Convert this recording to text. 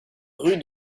rue